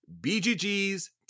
BGG's